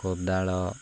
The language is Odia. କୋଦାଳ